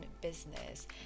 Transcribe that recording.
business